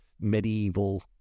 medieval